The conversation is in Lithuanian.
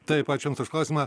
taip ačiū jums už klausimą